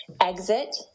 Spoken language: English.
exit